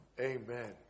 Amen